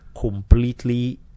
completely